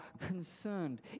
concerned